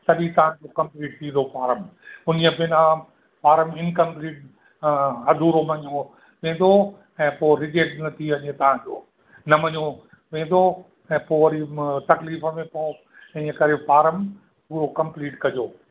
सॼी तव्हांजो कंप्लीट थींदो फारम हुनजे बिना फारम इनकंप्लीट हा अधूरो मञो ऐं पोइ ऐं पोइ रिजेक्ट न थी वञे तव्हांजो न मञो वेंदो ऐं पोइ वरी तकलीफ़ में पोइ इअं करे फारम उहो कंप्लीट कजो